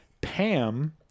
Pam